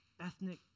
Ethnic